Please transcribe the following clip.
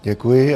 Děkuji.